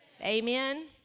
Amen